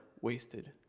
wasted